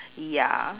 ya